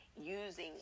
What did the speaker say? using